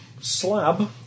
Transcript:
slab